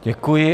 Děkuji.